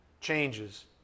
changes